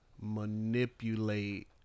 manipulate